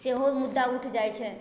सेहो मुद्दा उठि जाइ छै